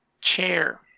chair